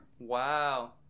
Wow